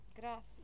Gracias